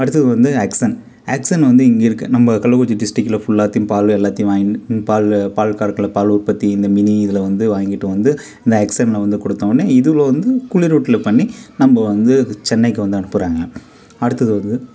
அடுத்தது வந்து action action வந்து இங்கே இருக்க நம்ம கள்ளக்குறிச்சி டிஸ்ட்ரிக்டில ஃபுல்லாத்தையும் பால் எல்லாத்தையும் வாங்கிகிட்டு பால் பால்கார்க்குலாம் பால் உற்பத்தி இந்த மினி இதில் வந்து வாங்கிகிட்டு வந்து நான் எக்சனில் வந்து கொடுத்தவுனே இதில் வந்து குளிருவுட்டலு பண்ணி நம்ப வந்து சென்னைக்கு வந்து அனுப்புறாங்க அடுத்தது வந்து